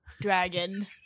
dragon